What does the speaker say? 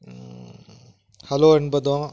hello என்பதும்